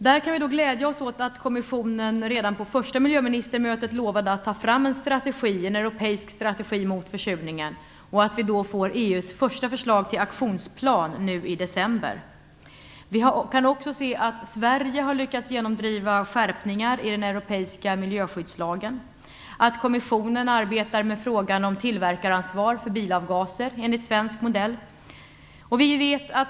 Där kan vi glädja oss åt att kommissionen redan på första miljöministermötet lovade att anta en europeisk strategi mot försurningen och att vi då får EU:s första förslag till aktionsplan nu i december. Sverige har även lyckats genomdriva skärpningar i den europeiska miljöskyddslagen; kommissionen arbetar med frågan om tillverkaransvar för bilavgaser enligt svensk modell.